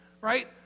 Right